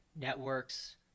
networks